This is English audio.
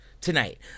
tonight